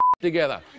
together